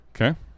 Okay